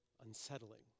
unsettling